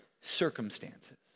circumstances